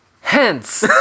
Hence